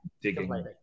digging